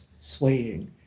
swaying